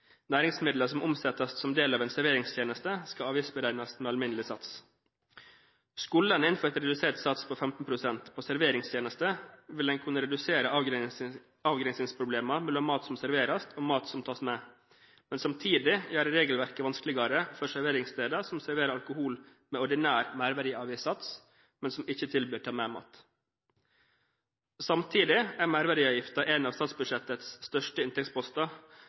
Næringsmidler som omsettes som del av en serveringstjeneste, skal avgiftsberegnes med alminnelig sats. Skulle en innført redusert sats på 15 pst. på serveringstjenester, vil en kunne redusere avgrensingsproblemene mellom mat som serveres, og mat som tas med, men samtidig gjøre regelverket vanskeligere for serveringssteder som serverer alkohol med ordinær merverdiavgiftssats, men som ikke tilbyr ta-med-mat. Samtidig er merverdiavgiften en av statsbudsjettets største inntektsposter,